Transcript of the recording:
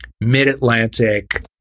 mid-Atlantic